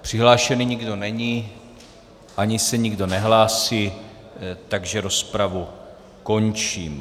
Přihlášený nikdo není ani se nikdo nehlásí, takže rozpravu končím.